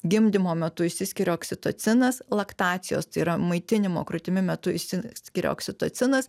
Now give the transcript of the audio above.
gimdymo metu išsiskiria oksitocinas laktacijos tai yra maitinimo krūtimi metu išsiskiria oksitocinas